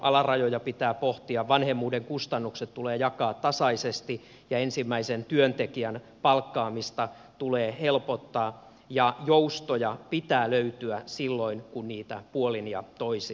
arvonlisäveron alarajoja pitää pohtia vanhemmuuden kustannukset tulee jakaa tasaisesti ensimmäisen työntekijän palkkaamista tulee helpottaa ja joustoja pitää löytyä silloin kun niitä puolin ja toisin tarvitaan